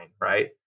Right